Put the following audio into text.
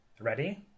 Ready